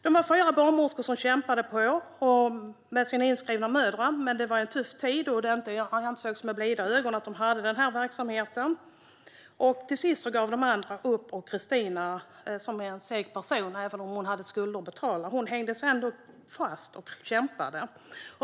Det var flera barnmorskor som kämpade på med sina inskrivna mödrar, men det var en tuff tid då verksamheten alltså inte sågs med blida ögon. Till sist gav de andra upp, och Christina, som hade skulder att betala men som är en seg person, hängde sig fast och kämpade.